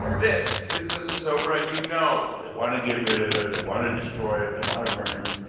this is the zozobra you know they want to get rid of him. they want to destroy him. they want to burn him,